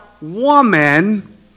woman